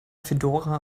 fedora